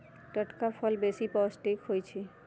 टटका फल बेशी पौष्टिक होइ छइ